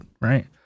right